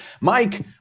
Mike